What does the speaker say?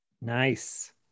nice